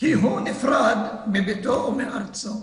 כי הוא נפרד מביתו ומארצו.